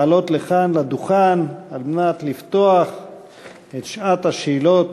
לעלות לכאן, לדוכן, על מנת לפתוח את שעת השאלות.